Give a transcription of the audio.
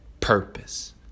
purpose